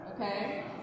Okay